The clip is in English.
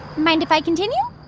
mind if i continue?